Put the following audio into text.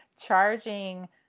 charging